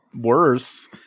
worse